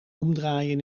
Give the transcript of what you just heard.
omdraaien